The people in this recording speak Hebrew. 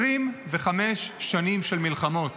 25 שנים של מלחמות,